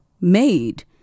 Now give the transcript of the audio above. made